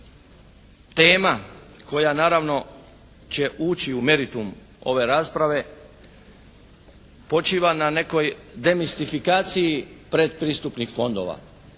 tema koja naravno će ući u meritum ove rasprave počiva na nekoj demistifikaciji predpristupnih fondova.